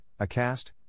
Acast